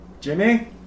Jimmy